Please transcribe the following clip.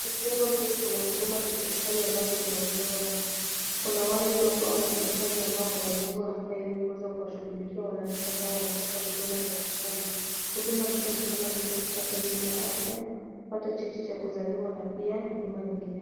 Jengo hili kuna huduma za serikali ambazo zinatolewa hapa. Kuna wale watu au wafanyikazi ambayo wameajiriwa hapa ili kuweza kuwashughulikia wananchi ambao wanataka huduma za serikali. Huduma hizo ni kama vile bima ya afya, kupata cheti cha kuzaliwa na pia huduma nyingine.